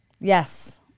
Yes